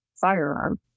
firearm